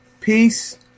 peace